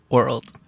World